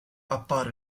appare